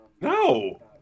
No